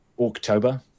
October